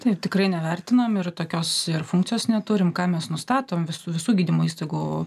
taip tikrai nevertinam ir tokios funkcijos neturi ką mes nustatom visų visų gydymo įstaigų